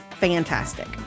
fantastic